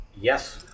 Yes